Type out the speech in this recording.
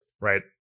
right